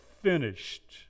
finished